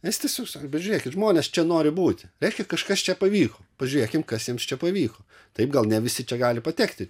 nes tiesiog bet žiūrėkit žmonės čia nori būti reiškia kažkas čia pavyko pažiūrėkim kas jiems čia pavyko taip gal ne visi čia gali patekti